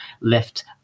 left